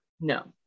no